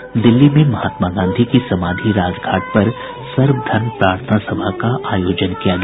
इस अवसर पर दिल्ली में महात्मा गांधी की समाधि राजघाट पर सर्वधर्म प्रार्थना सभा का आयोजन किया गया